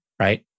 right